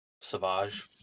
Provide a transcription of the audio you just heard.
savage